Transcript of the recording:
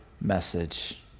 message